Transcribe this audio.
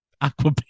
aqua